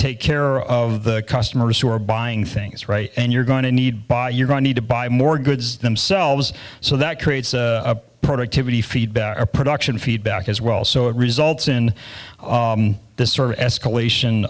take care of the customers who are buying things and you're going to need buy you're going need to buy more goods themselves so that creates a productivity feedback or production feedback as well so it results in this sort of escalation